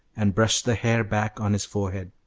and brushed the hair back on his forehead.